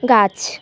গাছ